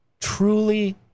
truly